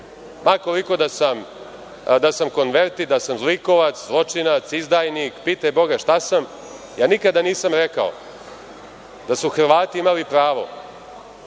ma koliko da sam konverti, da sam zlikovac, zločinac, izdajnik, pitaj Boga šta sam, ja nikada nisam rekao da su Hrvati imali pravo